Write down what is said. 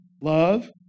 Love